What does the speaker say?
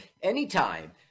Anytime